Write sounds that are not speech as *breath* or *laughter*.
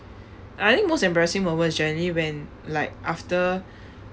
I think most embarrassing moment is generally is when like after *breath*